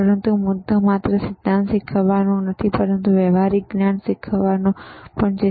પરંતુ મુદ્દો માત્ર સિંધ્ધાત શીખવાનો નથી પરંતુ વ્યવહારિક જ્ઞાનનો ઉપયોગ કરવાનો છે